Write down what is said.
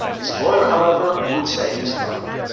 his lawyer, however, would save his life.